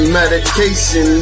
medication